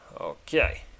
Okay